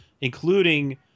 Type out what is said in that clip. including